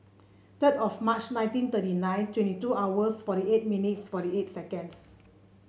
third of March nineteen thirty nine twenty two hours forty eight minutes forty eight seconds